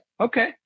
okay